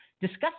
discuss